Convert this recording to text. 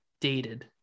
dated